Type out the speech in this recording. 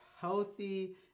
healthy